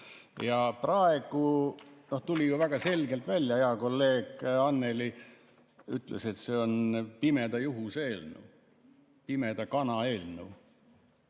Praegu tuli ju väga selgelt välja, hea kolleeg Annely ütles, et see on pimeda juhuse eelnõu, pimeda kana eelnõu,